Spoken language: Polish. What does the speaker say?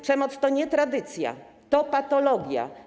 Przemoc to nie tradycja, to patologia.